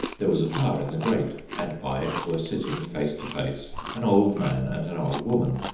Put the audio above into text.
there was a fire in the grate, and by it were sitting face to face an old man and an old woman.